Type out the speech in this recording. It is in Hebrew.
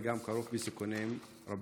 וגם כרוך בסיכונים רבים.